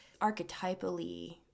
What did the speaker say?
archetypally